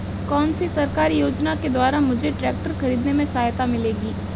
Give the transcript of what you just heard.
कौनसी सरकारी योजना के द्वारा मुझे ट्रैक्टर खरीदने में सहायता मिलेगी?